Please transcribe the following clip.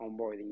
onboarding